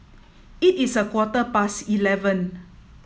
it is a quarter past eleven